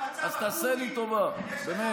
אז תעשה לי טובה, באמת.